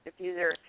diffuser